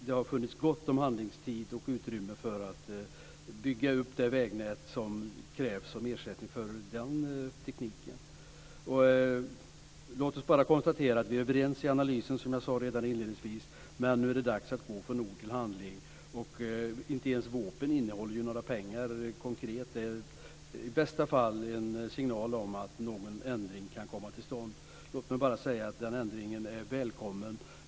Det har funnits gott om handlingstid och utrymme för att bygga upp det vägnät som krävs som ersättning för den tekniken. Låt oss bara konstatera att vi är överens i analysen, som jag sade inledningsvis. Nu är det dags att gå från ord till handling. Inte ens vårpropositionen innehåller konkret några pengar. Det är i bästa fall en signal om att någon ändring kan komma till stånd. Den ändringen är välkommen.